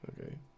okay